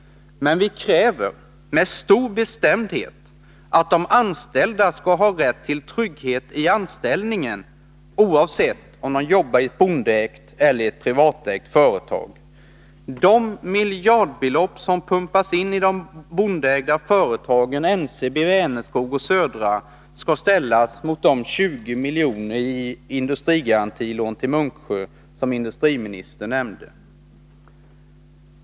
Men vi kräver med stor bestämdhet att de anställda skall ha rätt till trygghet i anställningen oavsett om de jobbar i ett bondeägt eller i ett privatägt företag. De miljardbelopp som pumpats in i de bondeägda företagen NCB, Vänerskog och Södra Skogsägarna AB, skall ställas mot de 20 miljoner i industrigarantilån till Munksjö som industriministern nämnde.